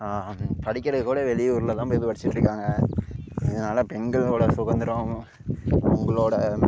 படிக்கிறது கூட வெளியூரில் தான் போய் படிச்சிகிட்டு இருக்காங்க இதனால் பெண்களோட சுதந்திரம் உங்களோட